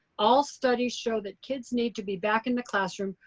all studies show that kids need to be back in the classroom,